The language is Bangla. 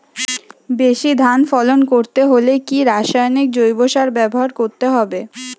বেশি ধান ফলন করতে হলে কি রাসায়নিক জৈব সার ব্যবহার করতে হবে?